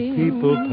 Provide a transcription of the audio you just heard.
people